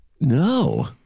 No